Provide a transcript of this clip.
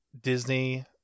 Disney